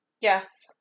Yes